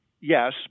yes